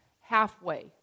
halfway